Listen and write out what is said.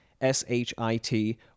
S-H-I-T